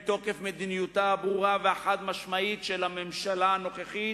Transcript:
היא מוגנת מתוקף מדיניותה הברורה והחד-משמעית של הממשלה הנוכחית,